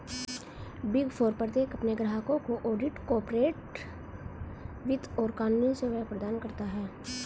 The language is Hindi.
बिग फोर प्रत्येक अपने ग्राहकों को ऑडिट, कॉर्पोरेट वित्त और कानूनी सेवाएं प्रदान करता है